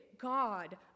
God